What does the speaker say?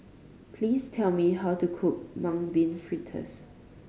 please tell me how to cook Mung Bean Fritters